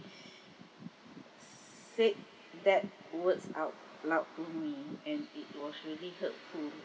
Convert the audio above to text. said that words out loud to me and it was really hurtful